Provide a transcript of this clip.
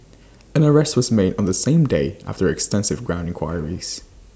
an arrest was made on the same day after extensive ground enquiries